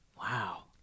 Wow